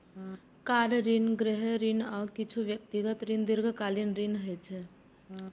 car ऋण, गृह ऋण, आ किछु व्यक्तिगत ऋण दीर्घकालीन ऋण होइ छै